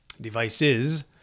devices